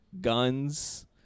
guns